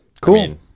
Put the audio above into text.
Cool